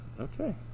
Okay